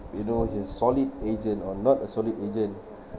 you know a solid agent or not a solid agent